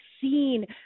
seen